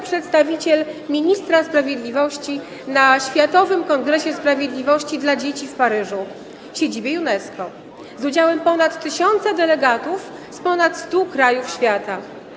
przedstawiciel ministra sprawiedliwości na Światowym Kongresie Sprawiedliwości dla Dzieci w Paryżu w siedzibie UNESCO, z udziałem ponad tysiąca delegatów z ponad stu krajów świata.